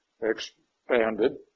expanded